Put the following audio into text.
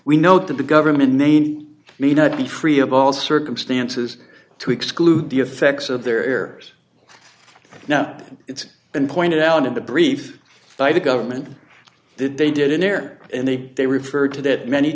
we note that the government made me not be free of all circumstances to exclude the effects of their now it's been pointed out in the brief by the government did they did in there and they they referred to that many